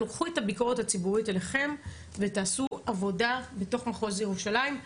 קחו את הביקורת הציבורית אליכם ותעשו עבודה בתוך מחוז ירושלים.